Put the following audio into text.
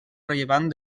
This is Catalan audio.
rellevant